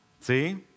See